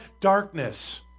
Darkness